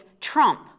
trump